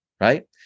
right